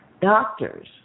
doctors